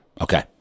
Okay